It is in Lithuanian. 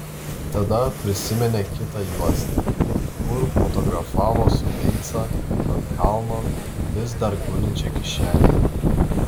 tada prisiminė kitą juostą kur fotografavo su leica ant kalno vis dar gulinčią kišenėje